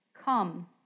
come